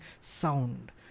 sound